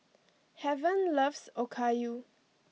Heaven loves Okayu